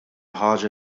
ħaġa